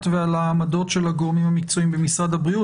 ועל העמדות של הגורמים המקצועיים במשרד הבריאות.